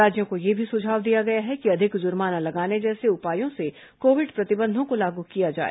राज्यों को यह भी सुझाव दिया गया है कि अधिक जुर्माना लगाने जैसे उपायों से कोविड प्रतिबंधों को लागू किया जाए